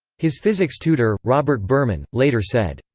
his physics tutor, robert berman, later said,